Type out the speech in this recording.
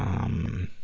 um,